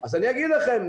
אז אני אגיד לכם.